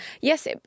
yes